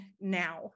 now